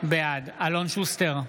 בעד אלון שוסטר,